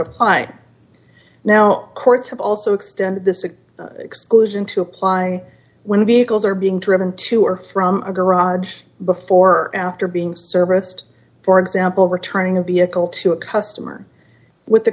apply now courts have also extended this an exclusion to apply when vehicles are being driven to or from a garage before or after being serviced for example returning a vehicle to a customer with the